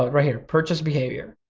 right here, purchase behavior.